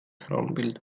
frauenbild